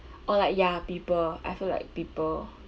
or like ya people I feel like people